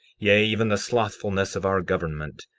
yea, even the slothfulness of our government,